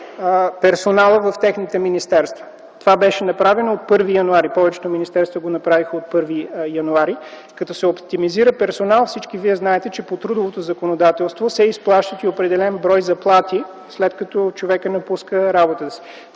персонала в своите министерства. Това беше направено от 1 януари т.г. Повечето министерства го направиха от 1 януари 2010 г., но като се оптимизира персоналът всички вие знаете, че по трудовото законодателство се изплащат и определен брой заплати, след като човек напуска работата си.